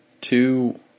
two